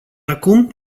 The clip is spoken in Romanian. acum